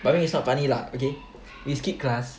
but then it's not funny lah okay we skip class